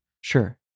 Sure